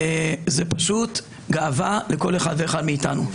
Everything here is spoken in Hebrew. זה פשוט גאווה לכל אחד ואחת מאתנו.